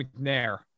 McNair